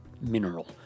mineral